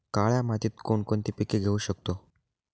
काळ्या मातीत कोणकोणती पिके घेऊ शकतो?